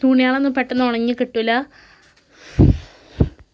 തുണികളൊന്നും പെട്ടെന്ന് ഉണങ്ങിക്കിട്ടില്ല